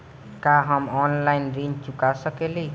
का हम ऑनलाइन ऋण चुका सके ली?